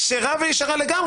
והיא כשרה וישרה לגמרי,